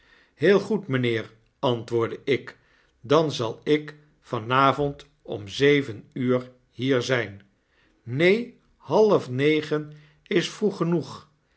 fleel goed mynheer antwoordde ik dan zal ik van avond om zeven uur hier zgn neen halfnegen is vroeg genoeg